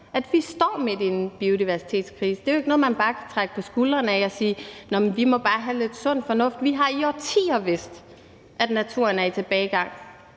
at vi står midt i en biodiversitetskrise. Det er jo ikke noget, man bare kan trække på skuldrene af, eller hvor man kan sige, at vi bare må have lidt sund fornuft. Vi har i årtier vidst, at naturen er i tilbagegang,